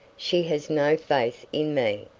she has no faith in me.